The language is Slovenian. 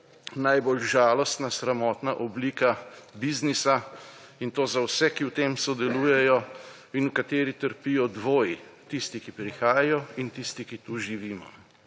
najbolj žalostna, sramotna oblika biznisa, in to za vse, ki v tem sodelujejo in v kateri trpijo dvoji: tisti, ki prihajajo, in tisti, ki tu živimo.